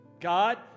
God